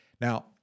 Now